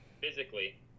physically